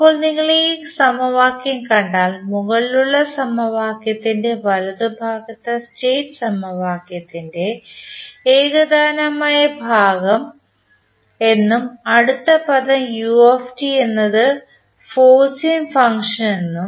ഇപ്പോൾ നിങ്ങൾ ഈ സമവാക്യം കണ്ടാൽ മുകളിലുള്ള സമവാക്യത്തിൻറെ വലതുഭാഗത്തെ സ്റ്റേറ്റ് സമവാക്യത്തിൻറെ ഏകതാനമായ ഭാഗം എന്നും അടുത്ത പദം u എന്നത് ഫോഴ്സിങ് ഫംഗ്ഷൻ ഉം